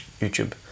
YouTube